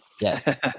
Yes